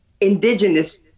indigenous